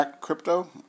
crypto